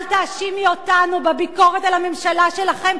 אל תאשימי אותנו בביקורת על הממשלה שלכם,